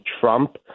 Trump